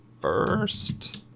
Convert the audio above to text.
first